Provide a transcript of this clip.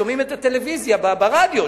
שומעים את הטלוויזיה ברדיו.